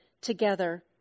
together